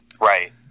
Right